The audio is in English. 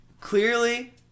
clearly